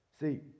See